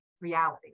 reality